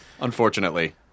Unfortunately